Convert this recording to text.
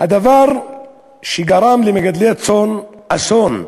דבר שגרם למגדלי הצאן אסון.